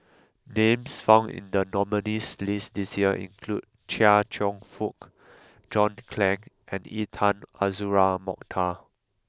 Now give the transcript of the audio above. names found in the nominees' list this year include Chia Cheong Fook John Clang and Intan Azura Mokhtar